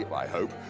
i hope,